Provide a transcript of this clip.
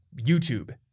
YouTube